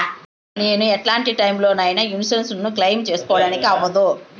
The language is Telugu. నేను ఎట్లాంటి టైములో నా ఇన్సూరెన్సు ను క్లెయిమ్ సేసుకోవడానికి అవ్వదు?